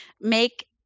make